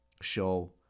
show